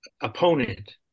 opponent